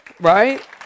Right